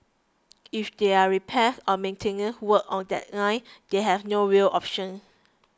if there are repairs or maintenance work on that line they have no rail option